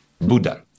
Buddha